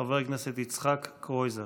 חבר הכנסת יצחק קרויזר.